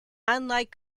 unlike